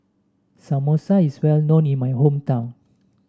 samosa is well known in my hometown